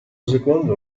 secondo